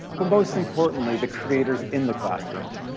but most importantly the creators in the classroom.